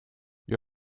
you